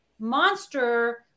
monster